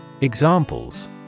Examples